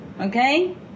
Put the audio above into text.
okay